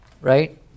Right